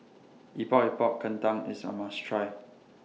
Epok Epok Kentang IS A must Try